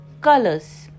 colors